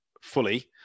fully